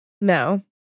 No